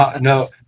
No